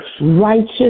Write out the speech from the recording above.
Righteous